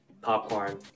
Popcorn